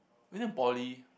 when in poly